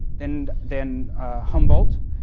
than than humboldt,